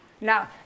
Now